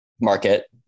market